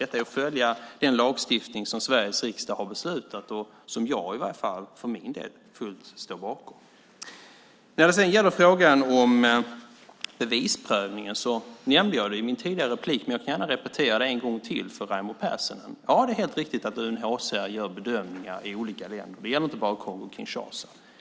Detta är att följa den lagstiftning som Sveriges riksdag har beslutat och som i varje fall jag för min del fullt står bakom. Jag nämnde frågan om bevisprövningen i mitt tidigare inlägg, men jag kan gärna repetera det för Raimo Pärssinen: Ja, det är helt riktigt att UNHCR gör bedömningar i olika länder. Det gäller inte bara Kongo-Kinshasa.